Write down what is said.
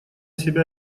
себя